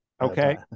Okay